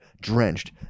Drenched